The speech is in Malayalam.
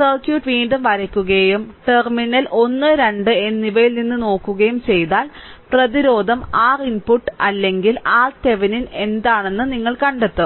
സർക്യൂട്ട് വീണ്ടും വരയ്ക്കുകയും ടെർമിനൽ 1 2 എന്നിവയിൽ നിന്ന് നോക്കുകയും ചെയ്താൽ പ്രതിരോധം R ഇൻപുട്ട് അല്ലെങ്കിൽ RThevenin എന്താണെന്ന് നിങ്ങൾ കണ്ടെത്തും